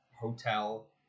hotel